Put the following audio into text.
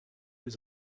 was